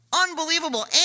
Unbelievable